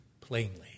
plainly